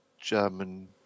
German